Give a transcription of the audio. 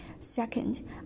Second